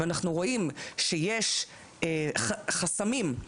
ואנחנו רואים שיש חסמים,